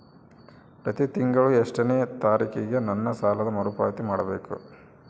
ಪ್ರತಿ ತಿಂಗಳು ಎಷ್ಟನೇ ತಾರೇಕಿಗೆ ನನ್ನ ಸಾಲದ ಮರುಪಾವತಿ ಮಾಡಬೇಕು?